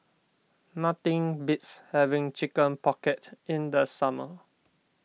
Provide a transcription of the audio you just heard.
nothing beats having Chicken Pocket in the summer